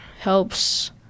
helps